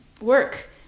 work